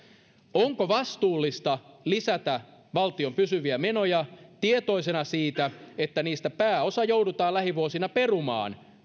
onko vastuullista lisätä valtion pysyviä menoja tietoisena siitä että niistä pääosa joudutaan lähivuosina perumaan